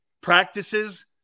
practices